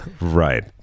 Right